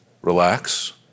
relax